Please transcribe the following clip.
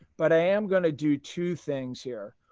but i am going to do two things here.